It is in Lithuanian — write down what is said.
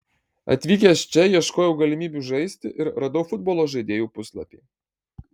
atvykęs čia ieškojau galimybių žaisti ir radau futbolo žaidėjų puslapį